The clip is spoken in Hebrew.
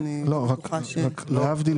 אבל פה מדובר